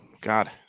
God